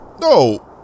No